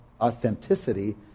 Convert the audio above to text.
authenticity